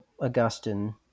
Augustine